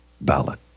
ballot